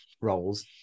roles